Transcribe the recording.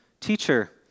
Teacher